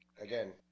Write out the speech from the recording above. again